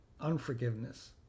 unforgiveness